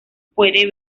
puede